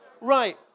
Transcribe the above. Right